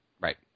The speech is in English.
Right